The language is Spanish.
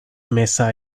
meza